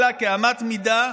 אלא כאמת מידה,